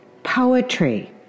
poetry